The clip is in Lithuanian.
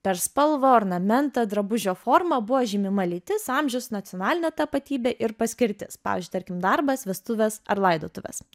per spalvą ornamentą drabužio formą buvo žymima lytis amžius nacionalinė tapatybė ir paskirtis pavyzdžiui tarkim darbas vestuvės ar laidotuvės